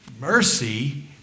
mercy